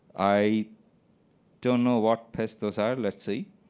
i don't know what pests those are. let's see.